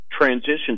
transition